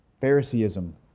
Phariseeism